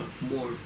more